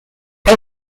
ein